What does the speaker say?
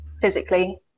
physically